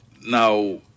now